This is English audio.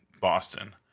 Boston